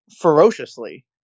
ferociously